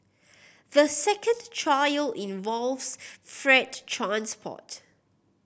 the second trial involves freight transport